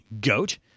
goat